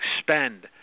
spend